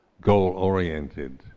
goal-oriented